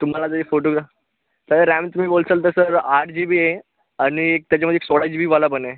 तुम्हाला त्याचे photograph sir RAM तुम्ही बोलसाल तर सर आठ जी बी आहे आणि त्याच्यामध्ये एक सोळा जी बीवाला पण आहे